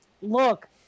Look